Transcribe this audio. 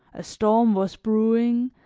a storm was brewing,